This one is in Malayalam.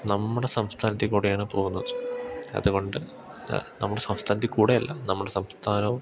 നമ്മുടെ സംസ്ഥാനത്തിൽ കൂടെയാണ് പോകുന്നത് അതുകൊണ്ട് ദാ നമ്മുടെ സംസ്ഥാനത്തിൽ കൂടെയല്ല നമ്മുടെ സംസ്ഥാനവും